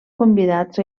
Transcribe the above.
convidats